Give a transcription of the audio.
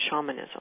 shamanism